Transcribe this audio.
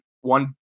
one